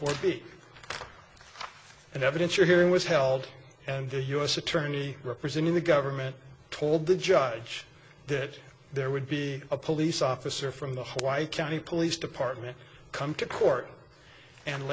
and evidence your hearing was held and the u s attorney representing the government told the judge that there would be a police officer from the white county police department come to court and